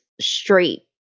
straight